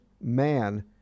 man